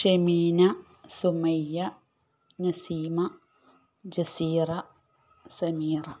Shameena Sumayya Naseema Jaseera Sameera